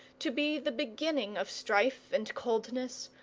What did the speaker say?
to be the beginning of strife and coldness,